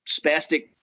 spastic